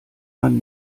man